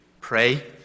pray